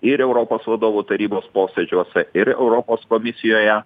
ir europos vadovų tarybos posėdžiuose ir europos komisijoje